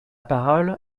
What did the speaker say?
parole